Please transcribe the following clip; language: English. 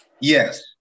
Yes